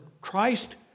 Christ